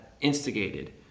instigated